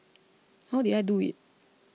how did I do it